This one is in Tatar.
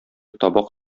табак